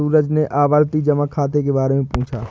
सूरज ने आवर्ती जमा खाता के बारे में पूछा